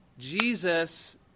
Jesus